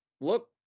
look